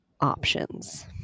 options